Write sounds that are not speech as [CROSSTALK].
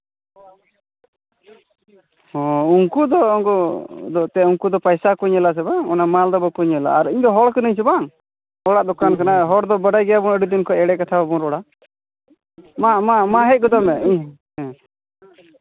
[UNINTELLIGIBLE] ᱩᱱᱠᱩ ᱫᱚ ᱩᱱᱠᱩ ᱫᱚ ᱮᱱᱛᱮᱫ ᱯᱟᱭᱥᱟ ᱠᱚ ᱧᱮᱞᱟ ᱥᱮ ᱵᱟᱝ ᱚᱱᱟ ᱢᱟᱞ ᱫᱚ ᱵᱟᱠᱚ ᱧᱮᱞᱟ ᱟᱨ ᱤᱧᱫᱚ ᱦᱚᱲ ᱠᱟᱹᱱᱤᱧ ᱥᱮ ᱵᱟᱝ ᱦᱚᱲᱟᱜ ᱫᱚᱠᱟᱱ ᱠᱟᱱᱟ ᱦᱚᱲ ᱫᱚ ᱵᱟᱰᱟᱭ ᱜᱮᱭᱟᱵᱚᱱ ᱟᱹᱰᱤ ᱫᱤᱱ ᱠᱷᱚᱡ ᱮᱲᱮ ᱠᱟᱛᱷᱟ ᱵᱟᱵᱚᱱ ᱨᱚᱲᱟ ᱢᱟ ᱢᱟ ᱢᱟ ᱦᱮᱡ ᱜᱚᱫᱚᱜ ᱢᱮ ᱦᱮᱸ